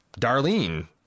Darlene